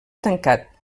tancat